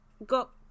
got